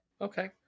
Okay